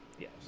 Yes